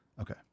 Okay